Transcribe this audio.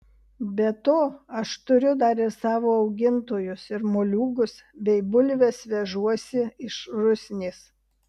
be to aš turiu dar ir savo augintojus ir moliūgus bei bulves vežuosi iš rusnės